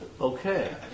Okay